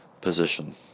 position